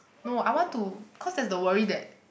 no I want to cause that the worry that